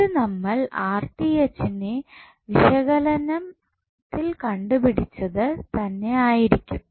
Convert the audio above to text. ഇത് നമ്മൾ ന്റെ വിശകലനത്തിൽ കണ്ടുപിടിച്ചത് തന്നെ ആയിരിക്കും